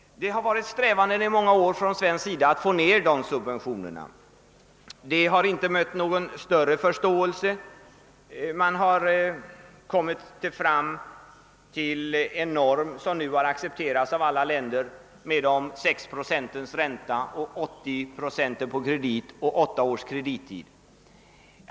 Det har under många år varit Sveriges strävan att få ned dessa subventioner, men det har inte mött någon större förståelse. Man har nu kommit fram till en norm, med 6 procents ränta, 80 procents kredit och åtta års kredittid.